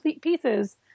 pieces